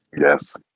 Yes